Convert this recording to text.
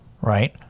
Right